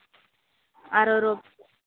అరవై రుప్